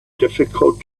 difficult